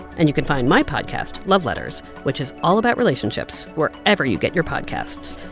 and you can find my podcast love letters, which is all about relationships, wherever you get your podcasts.